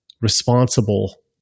responsible